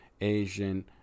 Asian